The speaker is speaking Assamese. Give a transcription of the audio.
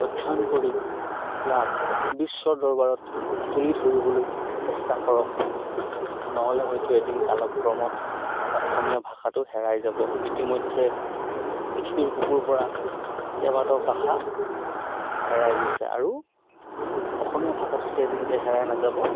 অধ্যয়ন কৰি ইয়াক বিশ্বৰ দৰবাৰত তুলি ধৰিবলৈ চেষ্টা কৰক নহ'লে হয়তো এদিন কালক্ৰমত অসমীয়া ভাষাটো হেৰাই যাব ইতিমধ্যে পৃথিৱীৰ বুকুৰ পৰা কেইবাটাও ভাষা হেৰাই গৈছে আৰু অসমীয়া ভাষাটো যে এদিন যে হেৰাই নাযাব